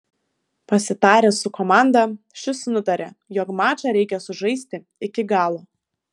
pasitaręs su komanda šis nutarė jog mačą reikia sužaisti iki galo